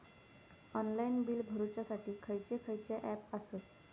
Online bill भरुच्यासाठी खयचे खयचे ऍप आसत?